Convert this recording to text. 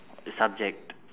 subject